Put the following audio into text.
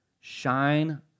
Shine